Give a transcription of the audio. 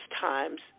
times